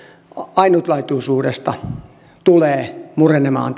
ainutlaatuisuudesta tulee murenemaan